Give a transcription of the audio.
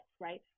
right